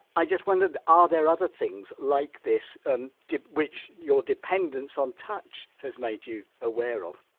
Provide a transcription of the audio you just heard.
i just wondered are there other things like this and which your dependence on touch has made you aware of?